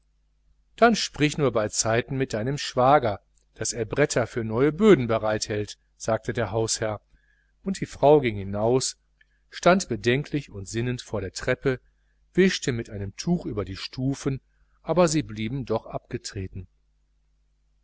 dann sprich nur beizeiten mit deinem schwager daß er bretter für neue böden bereit hält sagte der hausherr und die frau ging hinaus stand bedenklich und sinnend vor der treppe wischte mit einem tuch über die stufen aber sie blieben doch abgetreten